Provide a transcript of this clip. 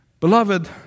Beloved